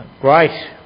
great